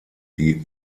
die